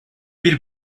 bir